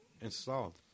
installed